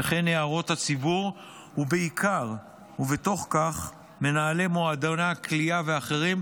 וכן הערות הציבור ובעיקר מנהלי מועדוני הקליעה ואחרים,